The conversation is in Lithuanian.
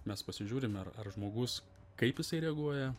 mes pasižiūrim ar ar žmogus kaip jisai reaguoja